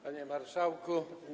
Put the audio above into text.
Panie Marszałku!